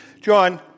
John